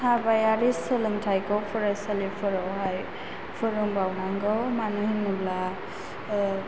हाबायारि सोलोंथाइखौ फरायसालिफोराव हाय फोरोंबावनांगौ मानो होनोब्ला ओह